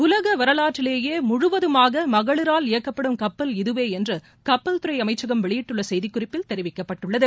உலக வரலாற்றிலேயே முழுவதுமாக மகளிரால் இயக்கப்படும் கப்பல் இதுவே என்று கப்பல்துறை அமைச்சகம் வெளியிட்டுள்ள செய்திக்குறிப்பில் தெரிவிக்கப்பட்டுள்ளது